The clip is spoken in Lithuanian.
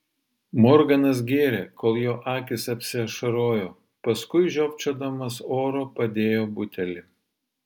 morganas gėrė kol jo akys apsiašarojo paskui žiopčiodamas oro padėjo butelį